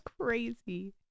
crazy